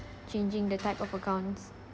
changing the type of accounts